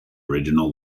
original